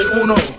uno